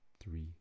three